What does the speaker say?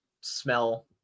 smell